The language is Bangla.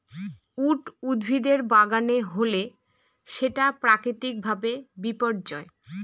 উইড উদ্ভিদের বাগানে হলে সেটা প্রাকৃতিক ভাবে বিপর্যয়